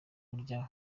kurya